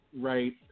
right